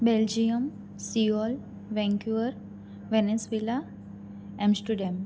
Belgium Seoul Vancouver Venezuela Amsterdam